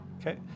Okay